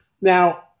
now